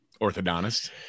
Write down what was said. orthodontist